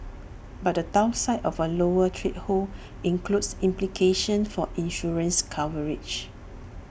but the downside of A lower threshold includes implications for insurance coverage